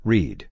Read